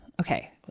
Okay